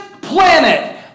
planet